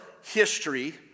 history